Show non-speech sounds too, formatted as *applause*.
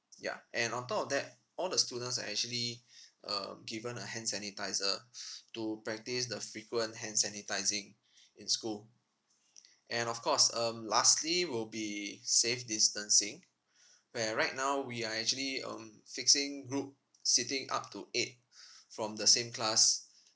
ya and on top that all the students are actually *breath* um given a hand sanitiser *breath* to practice the frequent hand sanitising in school and of course um lastly will be safe distancing where right now we are actually um fixing group seating up to eight *breath* from the same class